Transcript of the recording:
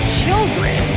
children